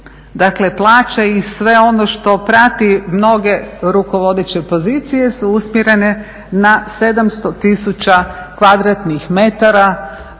Dakle, plaće i sve ono što prati mnoge rukovodeće pozicije su usmjerene na 700 tisuća kvadratnih metara